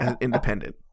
independent